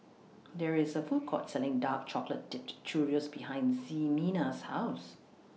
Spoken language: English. There IS A Food Court Selling Dark Chocolate Dipped Churros behind Ximena's House